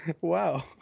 Wow